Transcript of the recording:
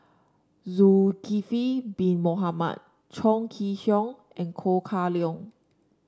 Zulkifli Bin Mohamed Chong Kee Hiong and Kah Leong